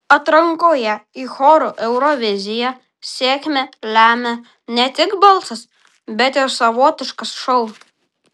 atrankoje į chorų euroviziją sėkmę lemia ne tik balsas bet ir savotiškas šou